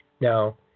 Now